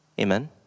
Amen